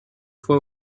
fois